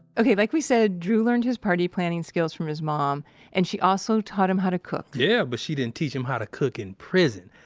ok, like we said, drew learned his party planning skills from his mom and she also taught him how to cook yeah, but she didn't teach him how to cook in prison.